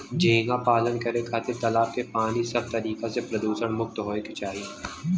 झींगा पालन करे खातिर तालाब के पानी सब तरीका से प्रदुषण मुक्त होये के चाही